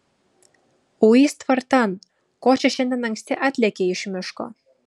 uis tvartan ko čia šiandien anksti atlėkei iš miško